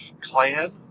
clan